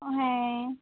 ও হ্যাঁ